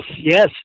yes